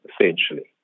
essentially